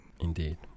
Indeed